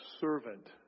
servant